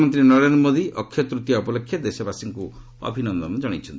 ପ୍ରଧାନମନ୍ତ୍ରୀ ନରେନ୍ଦ୍ର ମୋଦି ଅକ୍ଷୟ ତୂତୀୟା ଉପଲକ୍ଷେ ଦେଶବାସୀଙ୍କୁ ଅଭିନନ୍ଦନ ଜଣାଇଛନ୍ତି